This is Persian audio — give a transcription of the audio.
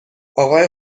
آقای